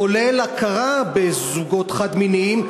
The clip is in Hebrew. כולל הכרה בזוגות חד-מיניים.